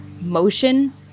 motion